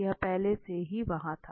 यह पहले से ही वहाँ था